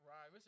Right